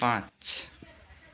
पाँच